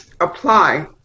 apply